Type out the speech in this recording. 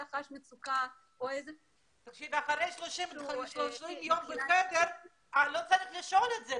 חש מצוקה --- אחרי 30 יום בחדר לא צריך לשאול את זה.